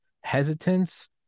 hesitance